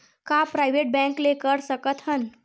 का private bank ले कर सकत हन?